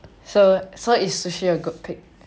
so so is sushi a good pick